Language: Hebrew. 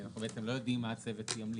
כי אנחנו בעצם לא יודעים מה הצוות ימליץ.